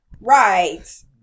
Right